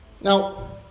Now